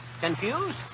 Confused